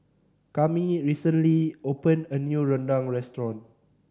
Kami recently opened a new rendang restaurant